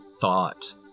thought